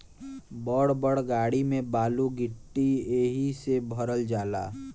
बड़ बड़ गाड़ी में बालू गिट्टी एहि से भरल जाला